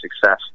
success